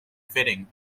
fitting